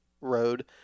road